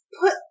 put